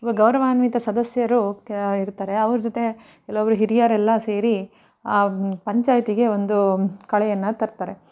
ಒಬ್ಬ ಗೌರವಾನ್ವಿತ ಸದಸ್ಯರು ಇರ್ತಾರೆ ಅವ್ರ ಜೊತೆ ಕೆಲವರು ಹಿರಿಯರೆಲ್ಲ ಸೇರಿ ಆ ಪಂಚಾಯಿತಿಗೆ ಒಂದು ಕಳೆಯನ್ನು ತರ್ತಾರೆ